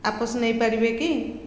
ଆପସ ନେଇପାରିବେ କି